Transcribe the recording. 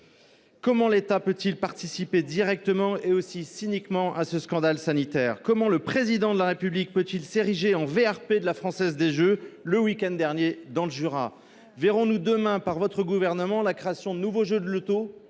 Comment l’État peut il participer directement et aussi cyniquement à ce scandale sanitaire ? Comment le Président de la République a t il pu s’ériger en VRP de la Française des jeux le week end dernier dans le Jura ? Verrons nous demain la création par le Gouvernement de nouveaux jeux de loto